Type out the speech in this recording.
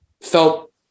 felt